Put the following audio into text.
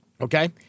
Okay